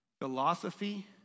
Philosophy